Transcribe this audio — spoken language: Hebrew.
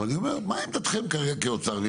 אבל אני אומר: מה עמדתכם כאוצר כרגע?